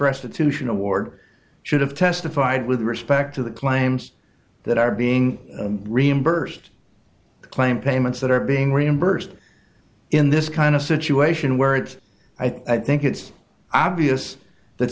restitution award should have testified with respect to the claims that are being reimbursed the claim payments that are being reimbursed in this kind of situation where it i think it's obvious that